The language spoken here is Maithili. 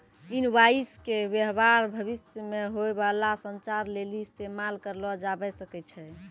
इनवॉइस के व्य्वहार भविष्य मे होय बाला संचार लेली इस्तेमाल करलो जाबै सकै छै